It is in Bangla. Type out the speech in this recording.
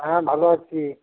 হ্যাঁ ভালো আছি